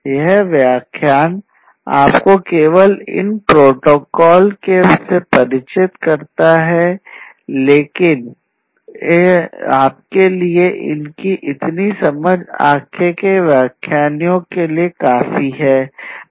यह व्याख्यान आपको केवल इन प्रोटोकॉल से परिचित कराता है लेकिन आपके लिए इनकी इतनी समझ आगे के व्याख्यानो के लिए काफी है